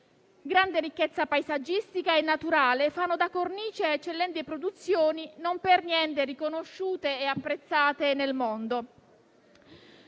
Grande ricchezza paesaggistica e naturale fanno da cornice a eccellenti produzioni, non per niente riconosciute e apprezzate nel mondo.